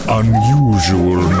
unusual